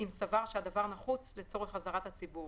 אם סבר שהדבר נחוץ לצורך אזהרת הציבור,